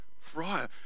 friar